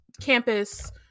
campus